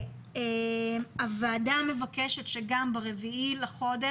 הוועדה מבקשת שגם ב-4 באוקטובר,